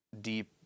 deep